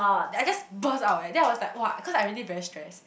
I just burst out eh then I was like !wah! cause I really very stressed